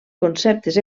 conceptes